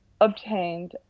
obtained